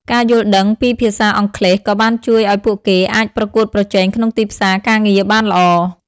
ការយល់ដឹងពីភាសាអង់គ្លេសក៏បានជួយឱ្យពួកគេអាចប្រកួតប្រជែងក្នុងទីផ្សារការងារបានល្អ។